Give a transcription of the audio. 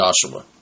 Joshua